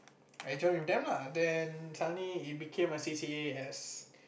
I join with them lah then suddenly it became a C_C_A as